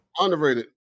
Underrated